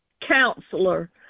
Counselor